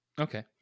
Okay